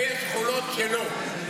ויש שכונות שלא.